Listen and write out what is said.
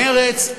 מרצ,